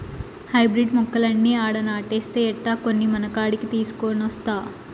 hybrid మొక్కలన్నీ ఆడే నాటేస్తే ఎట్టా, కొన్ని మనకాడికి తీసికొనొస్తా